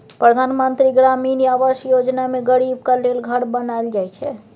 परधान मन्त्री ग्रामीण आबास योजना मे गरीबक लेल घर बनाएल जाइ छै